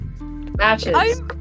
matches